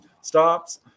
stops